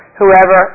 whoever